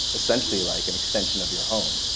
essentially, like an extension of your home